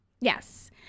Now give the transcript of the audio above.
Yes